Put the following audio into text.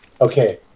Okay